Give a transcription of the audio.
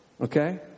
okay